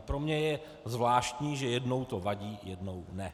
Pro mě je zvláštní, že jednou to vadí, jednou ne.